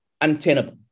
untenable